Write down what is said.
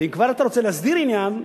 ואם כבר אתה רוצה להסדיר עניין,